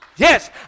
Yes